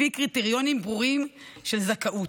לפי קריטריונים ברורים של זכאות.